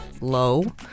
low